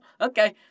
Okay